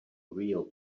real